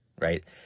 right